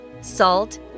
salt